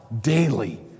daily